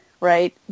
right